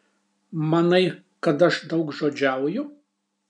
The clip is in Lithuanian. manai kad aš daugžodžiauju